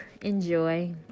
Enjoy